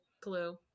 clue